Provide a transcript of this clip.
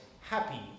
Happy